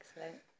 excellent